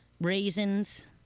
raisins